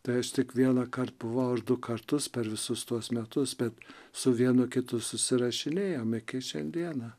tai aš tik vienąkart buvau ar du kartus per visus tuos metus bet su vienu kitu susirašinėjom iki šiandieną